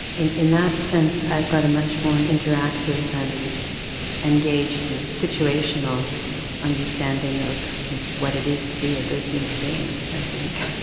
in in that sense, i've got a much more interactive and engaged and situational understanding of what it is to be a good human being, i think.